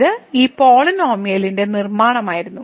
ഇത് ഈ പോളിനോമിയലിന്റെ നിർമ്മാണമായിരുന്നു